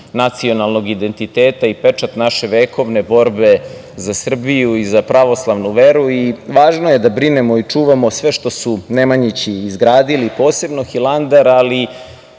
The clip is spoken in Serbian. nacionalnog identiteta i pečat naše vekovne borbe za Srbiju i za pravoslavnu veru. Važno je da brinemo i čuvamo sve što su Nemanjići izgradili, posebno Hilandar, ali